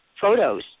Photos